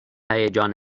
هیجان